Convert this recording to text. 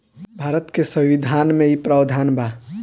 भारत के संविधान में इ प्रावधान बा